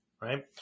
right